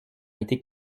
été